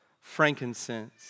frankincense